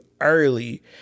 early